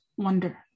wonder